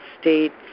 states